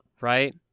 right